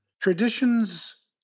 Traditions